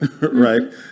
Right